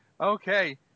Okay